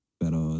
pero